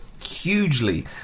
hugely